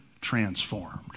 transformed